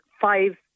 five